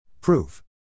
Proof